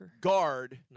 guard